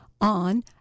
on